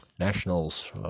Nationals